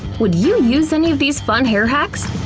would you use any of these fun hair hacks?